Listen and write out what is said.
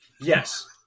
Yes